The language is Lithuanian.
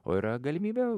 o yra galimybė